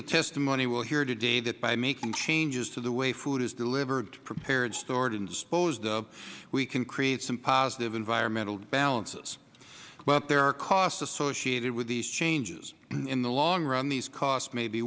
the testimony we will hear today that by making changes to the way food is delivered prepared stored and disposed of we can create some positive environmental balances but there are costs associated with these changes in the long run these costs may be